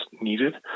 needed